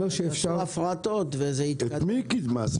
מעניין את מי היא קידמה.